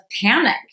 panic